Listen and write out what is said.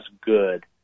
good